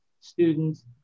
students